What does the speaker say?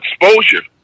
exposure